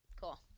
Cool